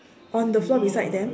on the floor beside them